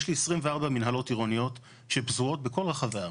יש לי 24 מנהלות עירוניות שפזורות בכל רחבי הארץ.